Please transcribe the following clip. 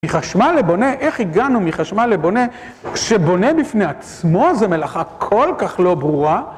מחשמל לבונה, איך הגענו מחשמל לבונה, כשבונה בפני עצמו זה מלאכה כל כך לא ברורה?